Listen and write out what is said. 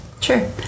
sure